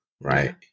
right